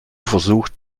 versucht